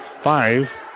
five